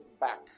back